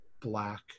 black